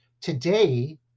today